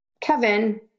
Kevin